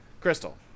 Crystal